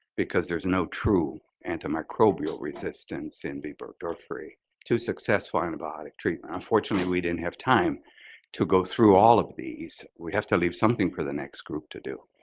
because there's no true antimicrobial resistance in b. burgdorferi to a successful antibiotic treatment? unfortunately, we didn't have time to go through all of these. we have to leave something for the next group to do.